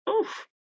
Oof